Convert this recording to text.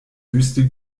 wüste